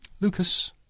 Lucas